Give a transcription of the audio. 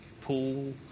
pool